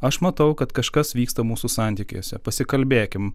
aš matau kad kažkas vyksta mūsų santykiuose pasikalbėkim